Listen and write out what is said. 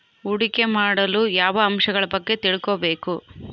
ಹೂಡಿಕೆ ಮಾಡಲು ಯಾವ ಅಂಶಗಳ ಬಗ್ಗೆ ತಿಳ್ಕೊಬೇಕು?